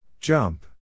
Jump